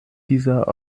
dieser